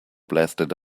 blasted